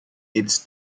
its